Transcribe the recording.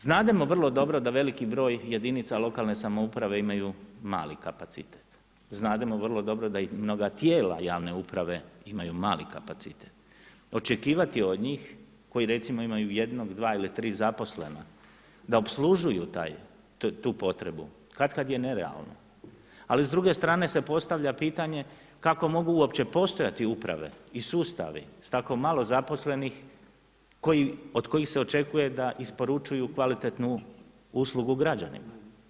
Znademo vrlo dobro da veliki broj jedinice lokalne samouprave, imaju mali kapacitet, znamo vrlo dobro da i mnoga tijela javne uprave imaju mali kapacitet, očekivati od njih koji recimo imaju 1,2 ili 3 zaposlena, da opslužuju tu potrebu, katkad je nerealno, ali s druge strane se postavlja pitanje, kako uopće mogu postojati uprave i sustavi s tako malo zaposlenih, od kojih se očekuju da isporučuju kvalitetnu uslugu građana.